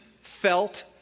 felt